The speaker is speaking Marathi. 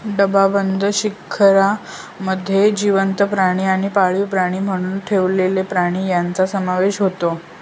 डबाबंद शिकारमध्ये जिवंत प्राणी आणि पाळीव प्राणी म्हणून ठेवलेले प्राणी यांचा समावेश होतो